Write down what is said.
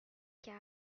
quart